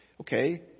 Okay